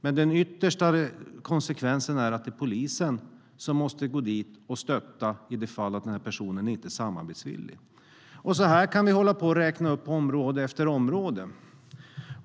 Men den yttersta konsekvensen är att polisen måste gå dit och stötta i det fall att den här personen inte är samarbetsvillig. Så här kan vi hålla på och räkna upp område efter område.